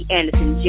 Anderson